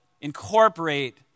incorporate